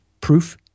proof